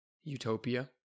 utopia